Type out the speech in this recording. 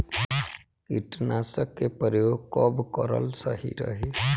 कीटनाशक के प्रयोग कब कराल सही रही?